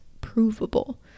provable